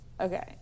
Okay